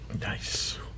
nice